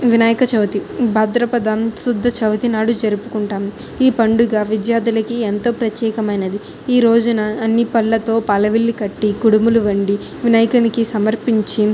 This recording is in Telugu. వినాయక చవితి భాద్రపద శుద్ధ చవితినాడు జరుపుకుంటాం ఈ పండుగ విద్యార్ధులకి ఎంతో ప్రత్యేకమైనది ఈ రోజున అన్నీ పండ్లతో పాలవిల్లు కట్టి కుడుములు వండి వినాయకునికి సమర్పించి